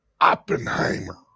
Oppenheimer